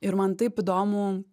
ir man taip įdomu